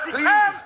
Please